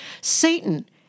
Satan